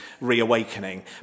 reawakening